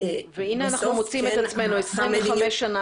והנה אנחנו מוצאים עצמנו 25 שנה